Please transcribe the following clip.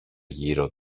γύρω